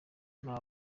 nta